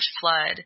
flood